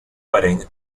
wedding